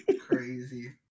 Crazy